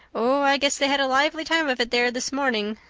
oh, i guess they had a lively time of it there this morning.